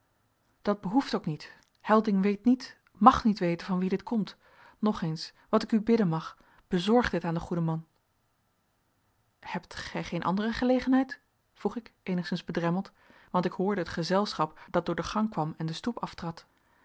dat behoeft ook niet helding weet niet mag niet weten van wien dit komt nog eens wat ik u bidden mag bezorg dit aan den goeden man hebt gij geen andere gelegenheid vroeg ik eenigszins bedremmeld want ik hoorde het gezelschap dat door de gang kwam en de stoep aftrad